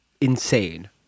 insane